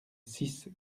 six